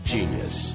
Genius